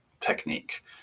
technique